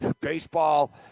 Baseball